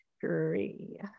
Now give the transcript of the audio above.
three